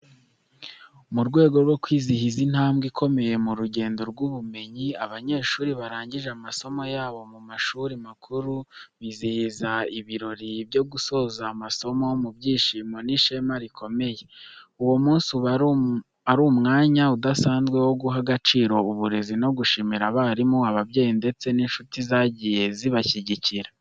Mu rwego rwo kwizihiza intambwe ikomeye mu rugendo rw’ubumenyi, abanyeshuri barangije amasomo yabo mu mashuri makuru bizihiza ibirori byo gusoza amasomo mu byishimo n'ishema rikomeye. Uwo munsi uba ari umwanya udasanzwe wo guha agaciro uburezi no gushimira abarimu, ababyeyi ndetse n’inshuti zagiye zibashyigikira.